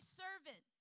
servant